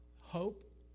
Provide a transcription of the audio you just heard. hope